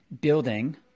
building